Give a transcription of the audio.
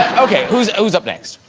okay, who's who's up next?